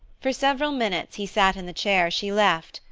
for several minutes he sat in the chair she left,